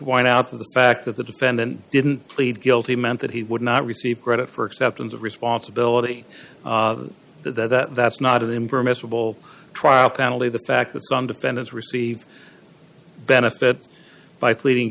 point out of the fact that the defendant didn't plead guilty meant that he would not receive credit for acceptance of responsibility that's not of him permissible trial penalty the fact that some defendants receive benefit by pleading